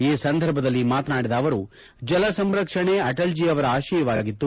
ಈ ಸಂದರ್ಭದಲ್ಲಿ ಮಾತನಾಡಿದ ಅವರು ನೀರಿನ ಜಲಸಂರಕ್ಷಣೆ ಅಟಲ್ ಜಿ ಅವರ ಆಶಯವಾಗಿತ್ತು